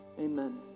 amen